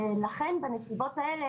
לכן בנסיבות האלה,